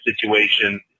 situation